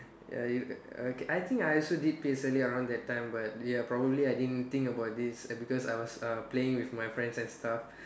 ya you okay I think I also did P_S_L_E around that time but ya probably I didn't think about this because I was uh playing around with my friends and stuff